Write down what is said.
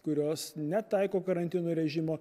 kurios netaiko karantino režimo